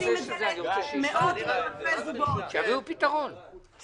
מחכים לשמוע איזה פתרון אתם מציעים.